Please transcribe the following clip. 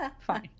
fine